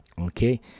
okay